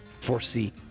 foresee